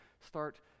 start